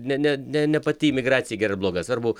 ne ne ne pati imigracija gera ar bloga svarbu